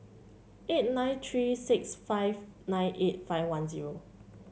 eight nine three six five nine eight five one zero